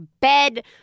bed